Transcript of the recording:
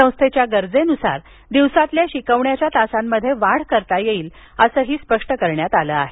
संस्थेच्या गरजेनुसार दिवसातील शिकवण्याच्या तासांमध्ये वाढ करता येईल असंही सांगण्यात आलं आहे